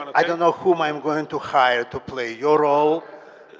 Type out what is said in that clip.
i don't know whom i'm going to hire to play your role